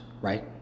right